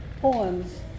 poems